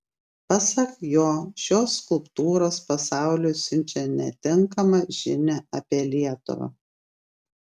pasak jo šios skulptūros pasauliui siunčia netinkamą žinią apie lietuvą